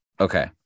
Okay